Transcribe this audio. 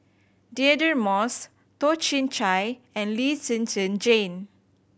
Deirdre Moss Toh Chin Chye and Lee Zhen Zhen Jane